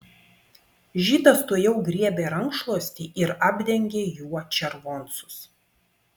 žydas tuojau griebė rankšluostį ir apdengė juo červoncus